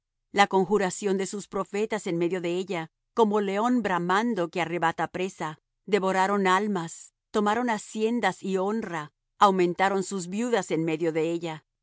la conjuración de sus profetas en medio de ella como león bramando que arrebata presa devoraron almas tomaron haciendas y honra aumentaron sus viudas en medio de ella